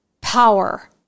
power